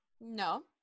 No